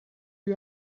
you